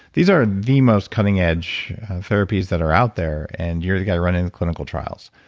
these are the most cutting-edge therapies that are out there and you're the guy running the clinical trials.